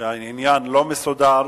שהעניין לא מסודר,